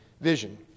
vision